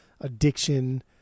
addiction